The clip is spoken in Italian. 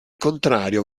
contrario